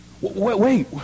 Wait